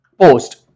post